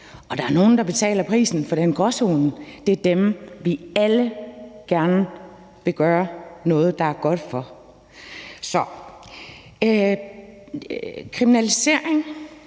og der er nogle, der betaler prisen for den gråzone. Det er dem, vi alle gerne vil gøre noget godt for. Kriminalisering